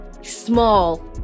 small